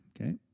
Okay